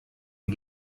die